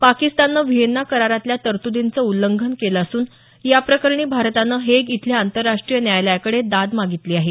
पाकिस्ताननं व्हिएन्ना करारातल्या तर्तुदींचं उल्लंघन केलं असून याप्रकरणी भारतानं हेग इथल्या आंतरराष्ट्रीय न्यायालयाकडे दाद मागितली आहे